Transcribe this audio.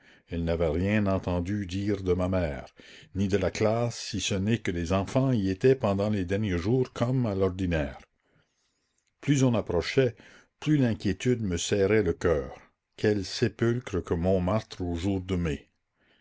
elle n'avait rien entendu dire de ma mère ni de la classe si ce n'est que les enfants y étaient pendant les derniers jours comme à l'ordinaire plus on approchait plus l'inquiétude me serrait le cœur quel sépulcre que montmartre aux jours de mai